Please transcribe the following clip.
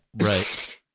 Right